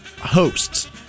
hosts